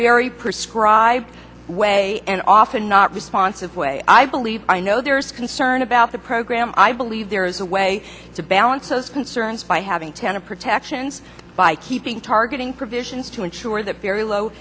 very perscribe way and often not responsive way i believe i know there's concern about the program i believe there is a way to balance those concerns by having kind of protections by keeping targeting provisions to ensure that very low